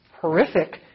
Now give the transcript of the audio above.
horrific